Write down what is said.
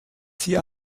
sie